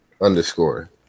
underscore